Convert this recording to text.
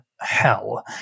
hell